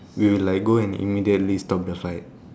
we will like go and immediately stop the fight